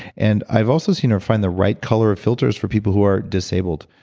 and i've also seen her find the right color of filters for people who are disabled,